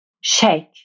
shake